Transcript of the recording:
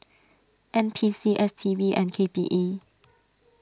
N P C S T B and K P E